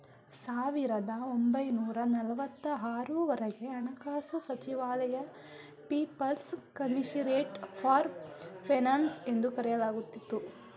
ಸಾವಿರದ ಒಂಬೈನೂರ ನಲವತ್ತು ಆರು ವರೆಗೆ ಹಣಕಾಸು ಸಚಿವಾಲಯ ಪೀಪಲ್ಸ್ ಕಮಿಷರಿಯಟ್ ಫಾರ್ ಫೈನಾನ್ಸ್ ಎಂದು ಕರೆಯಲಾಗುತ್ತಿತ್ತು